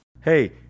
Hey